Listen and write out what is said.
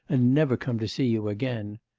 and never come to see you again.